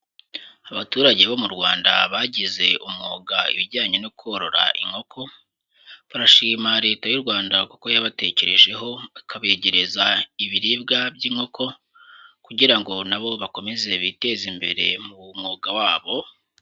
Abaturage bo mu Rwanda bagize umwuga ibijyanye no korora inkoko, barashima Leta y'u Rwanda kuko yabatekerejeho bakabegereza ibiribwa by'inkoko kugira ngo nabo bakomeze biteze imbere mu mwuga wabo.